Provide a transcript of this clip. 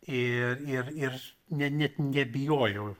i ir ir ne net nebijojau